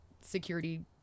security